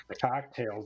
cocktails